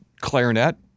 clarinet